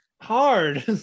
hard